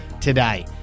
today